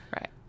Right